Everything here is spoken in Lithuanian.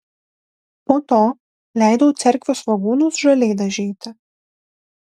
po to leidau cerkvių svogūnus žaliai dažyti